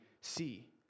see